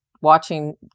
watching